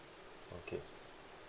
okay